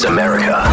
America